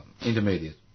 Intermediate